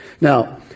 Now